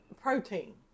protein